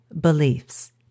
beliefs